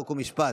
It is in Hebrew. חוק ומשפט,